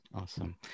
Awesome